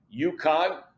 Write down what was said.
UConn